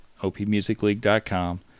opmusicleague.com